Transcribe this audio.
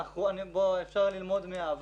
אפשר ללמוד מהעבר.